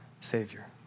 Savior